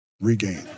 regain